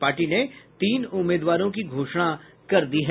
party ने तीन उम्मीदवारों की घोषणा कर दी है